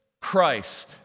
Christ